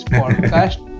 podcast